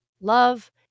love